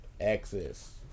access